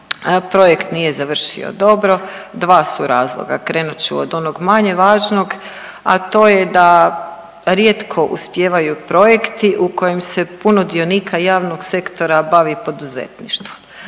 projekt nije završio dobro, dva su razloga, krenut ću od onog manje važnog, a to je da rijetko uspijevaju projekti u kojem se puno dionika javnog sektora bavi poduzetništvom,